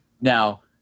Now